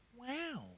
Wow